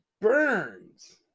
burns